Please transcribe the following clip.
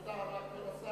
תודה רבה.